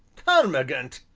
termagant!